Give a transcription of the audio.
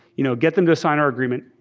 you know get them to sign our agreement,